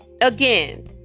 again